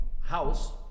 house